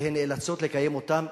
והן נאלצות לקיים אותם.